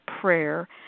prayer